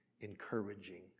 encouraging